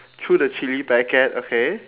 threw the chilli packet okay